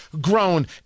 grown